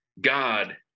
God